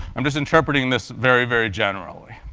i'm just interpreting this very, very generally.